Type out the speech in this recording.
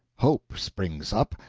hope springs up,